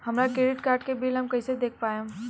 हमरा credit card के bill हम कइसे देख पाएम?